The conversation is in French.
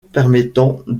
permettant